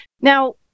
Now